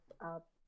up